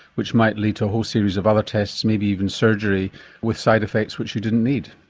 which might lead to a whole series of other tests, maybe even surgery with side effects which you didn't need.